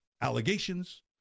allegations